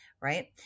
right